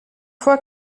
fois